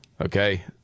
Okay